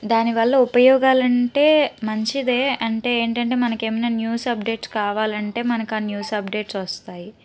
దానివల్ల ఉపయోగాలు అంటే మంచిదే అంటే ఏంటంటే మనకేమైన న్యూస్ అప్డేట్స్ కావాలంటే మనకా న్యూస్ అప్డేట్స్ వస్తాయి